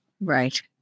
Right